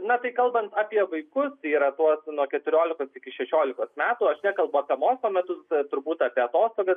na tai kalbant apie vaikus tai yra tuos nuo keturiolikos iki šešiolikos metų aš nekalbu apie mokslo metus turbūt apie atostogas